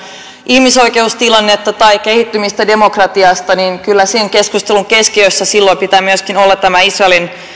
ihmisoikeustilannetta tai demokratian kehittymistä niin kyllä sen keskustelun keskiössä silloin pitää myöskin olla israelin